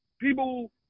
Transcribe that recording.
people –